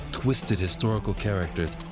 twisted historical characters,